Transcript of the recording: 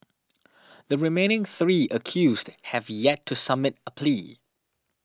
the remaining three accused have yet to submit a plea